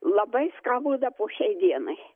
labai skauda po šiai dienai